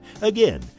Again